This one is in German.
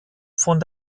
von